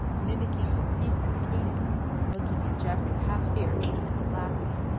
mimicking the priestly cadence, and looking at geoffrey half fierce and half laughing.